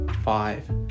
five